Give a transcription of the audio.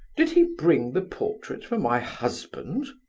did he bring the portrait for my husband?